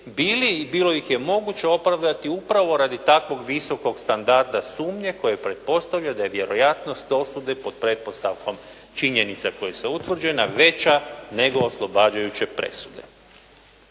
bilo ih je moguće opravdati upravo radi takvog visokog standarda sumnje koji pretpostavlja da je vjerojatnost osude pod pretpostavkom činjenica koja su utvrđena veća nego oslobađajuće presude.